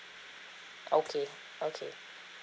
okay okay